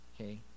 Okay